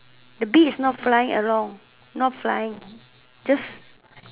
the B is not flying along not flying just